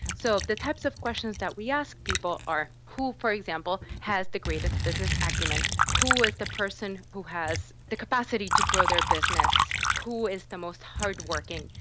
so the types of questions that we ask people are who, for example, has the greatest business acumen, who is the person who has the capacity to grow their business, who is the most hard-working?